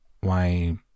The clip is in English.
Why